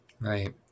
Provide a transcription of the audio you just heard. Right